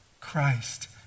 Christ